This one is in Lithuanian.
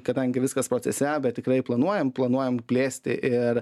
kadangi viskas procese bet tikrai planuojam planuojam plėsti ir